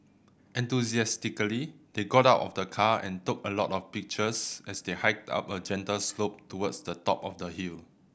enthusiastically they got out of the car and took a lot of pictures as they hiked up a gentle slope towards the top of the hill